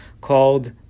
called